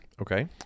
okay